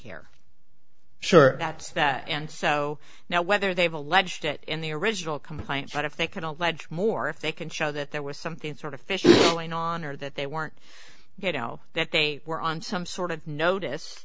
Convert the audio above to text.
here sure that's that and so now whether they've alleged it in the original complaint but if they can allege more if they can show that there was something sort of fishy going on or that they weren't you know that they were on some sort of notice